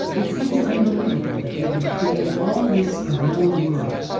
it seems unbelievable that they could create all this around the world,